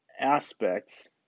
aspects